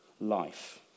life